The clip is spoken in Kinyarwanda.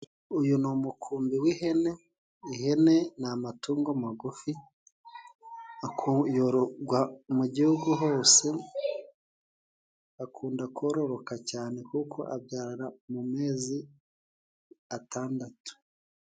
Uyu ni umukumbi w'ihene, ihene ni amatungo magufi yororwa mu gihugu hose, akunda kororoka cyane kuko abyara mu mezi atandatu.